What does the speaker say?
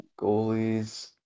Goalies